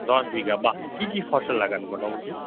দশ বিঘা বাহ কী কী ফসল লাগান মোটামুটি